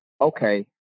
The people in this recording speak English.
okay